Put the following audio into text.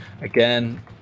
Again